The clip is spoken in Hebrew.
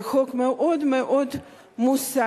זה חוק מאוד מאוד מוסרי,